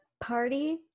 party